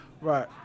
Right